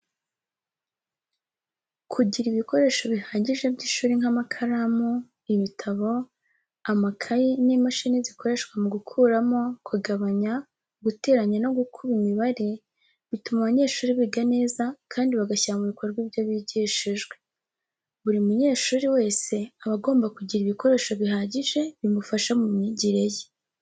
Kugira ibikoresho bihagije by'ishuri nk'amakaramu, ibitabo, amakayi n'imashini zikoreshwa mu gukuramo, kugabanya, guteranya no gukuba imibare, bituma abanyeshuri biga neza kandi bagashyira mu bikorwa ibyo bigishijwe. Buri munyeshuri wese aba agomba kugira ibikoresho bihagije bimufasha mu myigire ye.